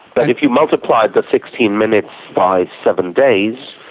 but if you multiplied the sixteen minutes by seven days,